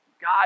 God